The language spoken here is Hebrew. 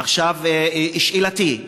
עכשיו שאלתי: